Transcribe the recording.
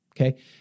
okay